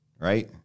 Right